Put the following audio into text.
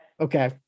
Okay